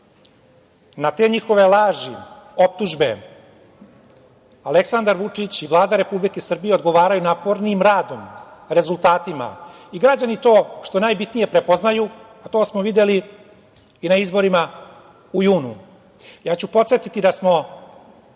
te njihove laži, optužbe, Aleksandar Vučić i Vlada Republike Srbije odgovaraju napornijim radom, rezultatima i građani to, što je najbitnije, prepoznaju a to smo videli i na izborima u junu. Podsetiću da smo